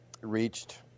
reached